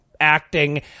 acting